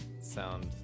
sound